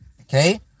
Okay